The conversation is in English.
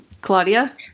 Claudia